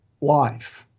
life